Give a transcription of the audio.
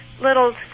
little